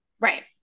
Right